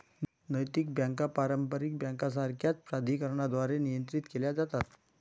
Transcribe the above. नैतिक बँका पारंपारिक बँकांसारख्याच प्राधिकरणांद्वारे नियंत्रित केल्या जातात